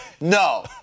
no